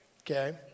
Okay